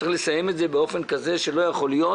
צריך לסיים את זה באופן כזה, שלא יכול להיות